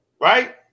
right